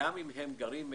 גם אם הם גרים עם